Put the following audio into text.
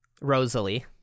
Rosalie